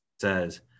says